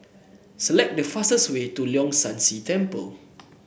select the fastest way to Leong San See Temple